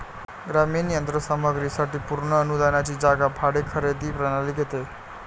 ग्रामीण यंत्र सामग्री साठी पूर्ण अनुदानाची जागा भाडे खरेदी प्रणाली घेते